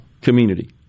community